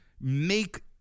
make